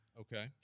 Okay